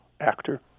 actor